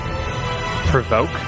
Provoke